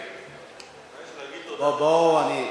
חבר הכנסת רותם.